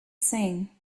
seen